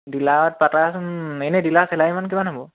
ডিলাৰত পাতাচোন এনেই ডিলাৰৰ চেলাৰীমান কিমান হ'ব